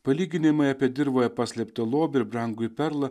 palyginimai apie dirvoje paslėptą lobį ir brangujį perlą